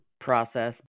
process